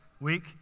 week